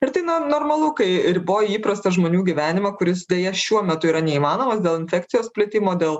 ir tai na normalu kai riboji įprastą žmonių gyvenimą kuris deja šiuo metu yra neįmanomas dėl infekcijos plitimo dėl